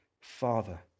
Father